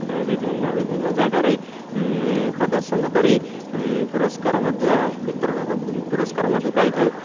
ଆମେ ବିଭିନ୍ନ ବିଭିନ୍ନ ଜାଗାରେ ପ୍ରଦର୍ଶନ କରି ପୁରସ୍କାର ମଧ୍ୟ ବିତରଣ ପୁରସ୍କାର ମଧ୍ୟ ପାଇଥାଉ